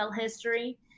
history